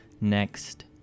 next